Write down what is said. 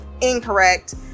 incorrect